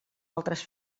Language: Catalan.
altres